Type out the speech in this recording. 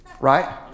Right